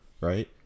right